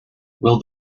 will